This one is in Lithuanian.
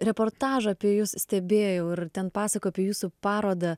reportažą apie jus stebėjau ir ten pasakojo apie jūsų parodą